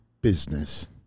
business